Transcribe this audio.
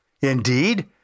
Indeed